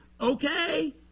Okay